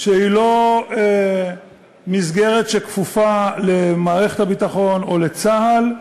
שלא כפופה למערכת הביטחון או לצה"ל,